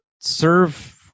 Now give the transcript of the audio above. serve